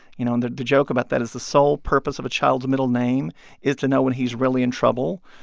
you know, and the the joke about that is the sole purpose of a child's middle name is to know when he's really in trouble.